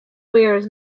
wears